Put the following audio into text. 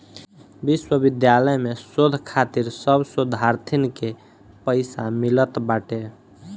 विश्वविद्यालय में शोध खातिर सब शोधार्थीन के पईसा मिलत बाटे